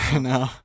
No